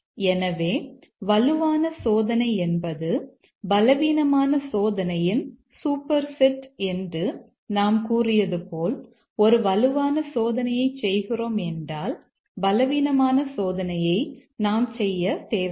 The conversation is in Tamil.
எனவே வலுவான சோதனை என்பது பலவீனமான சோதனையின் சூப்பர்செட் என்று நாம் கூறியது போல் ஒரு வலுவான சோதனையைச் செய்கிறோம் என்றால் பலவீனமான சோதனையை நாம் செய்யத் தேவையில்லை